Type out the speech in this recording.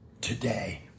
Today